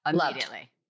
immediately